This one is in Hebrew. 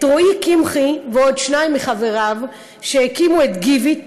רועי קמחי ועוד שניים מחבריו הקימו את Givit